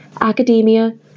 academia